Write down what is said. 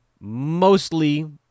mostly